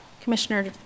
Commissioner